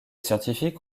scientifiques